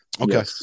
Okay